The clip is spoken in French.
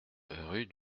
rue